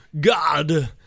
God